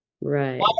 right